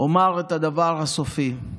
אומר את הדבר הסופי: